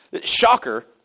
Shocker